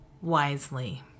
wisely